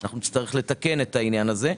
אנחנו נצטרך לתקן את העניין הזה.